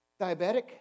diabetic